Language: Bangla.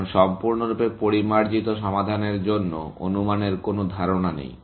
এখন সম্পূর্ণরূপে পরিমার্জিত সমাধানের জন্য অনুমানের কোন ধারণা নেই